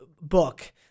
book